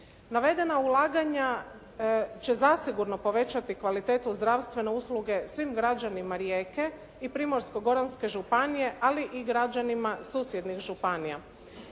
Navedena ulaganja će zasigurno povećati kvalitetu zdravstvene usluge svim građanima Rijeke i Primorsko-goranske županije ali i građanima susjednih županija.